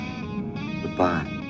Goodbye